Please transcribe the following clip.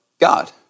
God